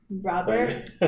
Robert